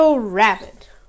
Rabbit